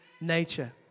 nature